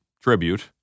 tribute